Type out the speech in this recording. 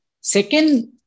Second